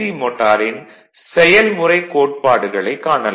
மோட்டாரின் செயல்முறைக் கோட்பாடுகளைக் காணலாம்